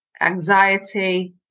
anxiety